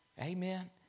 Amen